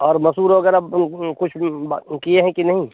और मसूर वग़ैरह कुछ किए है कि नहीं